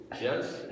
yes